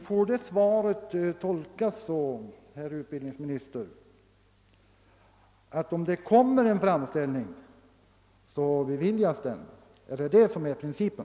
Får det svaret tolkas så, herr utbildningsminister, att om det kommer en framställning, så beviljas den? Är det detta som är principen?